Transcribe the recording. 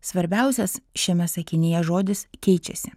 svarbiausias šiame sakinyje žodis keičiasi